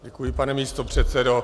Děkuji, pane místopředsedo.